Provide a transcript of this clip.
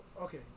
okay